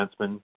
defenseman